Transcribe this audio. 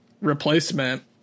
replacement